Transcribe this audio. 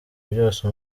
byose